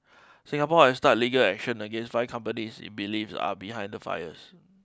Singapore has start legal action against five companies it believes are behind the fires